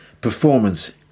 performance